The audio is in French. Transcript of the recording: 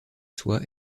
soi